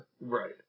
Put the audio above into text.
Right